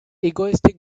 egoistic